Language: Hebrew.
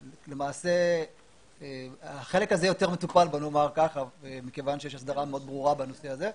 למעשה החלק הזה יותר מטופל מכיוון שיש הסדרה מאוד ברורה בנושא הזה.